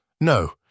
No